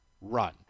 run